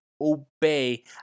obey